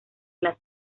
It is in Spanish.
las